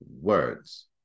words